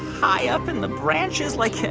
high up in the branches, like,